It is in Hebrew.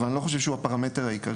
אבל אני לא חושב שהוא הפרמטר העיקרי.